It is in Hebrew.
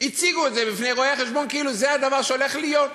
הציגו את זה בפני רואי-החשבון כאילו זה הדבר שהולך להיות.